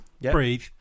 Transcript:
Breathe